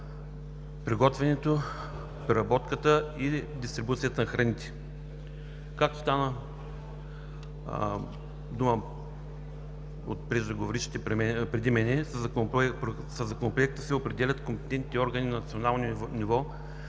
приготвянето, преработката и дистрибуцията на храните. Както стана дума от преждеговорившите, със Законопроекта се определят компетентните органи на национално ниво